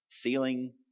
ceiling